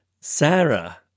Sarah